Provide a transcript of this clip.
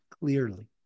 clearly